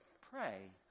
pray